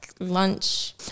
lunch